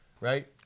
right